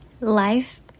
Life